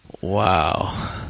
Wow